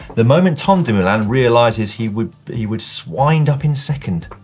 the moment tom dumoulin realizes he would he would swine-d up in second.